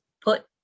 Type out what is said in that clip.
put